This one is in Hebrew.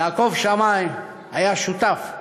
יעקב שמאי היה שותף,